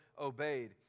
obeyed